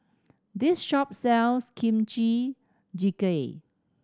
this shop sells Kimchi Jjigae